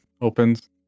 opens